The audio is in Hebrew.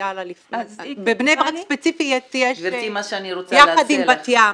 בבני ברק ספציפית, יחד עם בת ים.